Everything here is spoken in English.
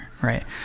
Right